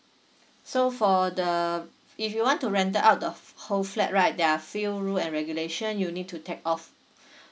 so for the if you want to rented out the whole flat right there are few rules and regulation you need to take of